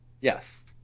Yes